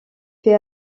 fait